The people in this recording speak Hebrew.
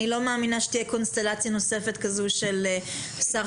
אני לא מאמינה שתהיה קונסטלציה נוספת כזו של שר